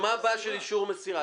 עכשיו, מה הבעיה של אישור מסירה?